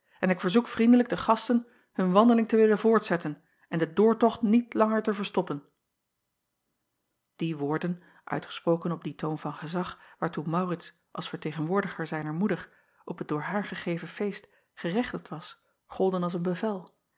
en ik verzoek vriendelijk de gasten hun wandeling te willen voortzetten en den doortocht niet langer te verstoppen ie woorden uitgesproken op dien toon van gezag waartoe aurits als vertegenwoordiger zijner moeder op het door haar gegeven feest gerechtigd was golden als een bevel